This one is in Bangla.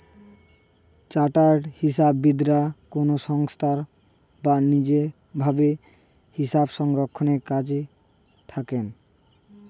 চার্টার্ড হিসাববিদরা কোনো সংস্থায় বা নিজ ভাবে হিসাবরক্ষণের কাজে থাকেন